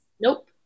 Nope